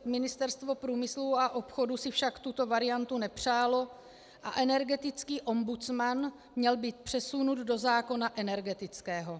Ministerstvo průmyslu a obchodu si však tuto variantu nepřálo a energetický ombudsman měl být přesunut do zákona energetického.